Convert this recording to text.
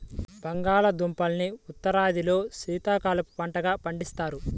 బంగాళాదుంపని ఉత్తరాదిలో శీతాకాలపు పంటగా పండిస్తారు